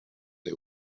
day